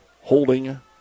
holding